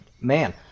man